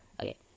Okay